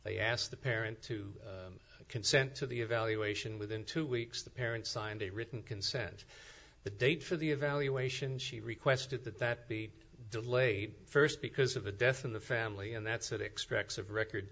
they asked the parent to consent to the evaluation within two weeks the parents signed a written consent the date for the evaluation she requested that that be delayed first because of a death in the family and that's it expects of record